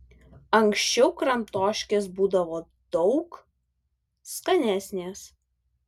anksčiau kramtoškės būdavo daug skanesnės